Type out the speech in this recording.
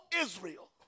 Israel